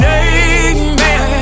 amen